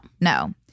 No